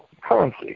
currency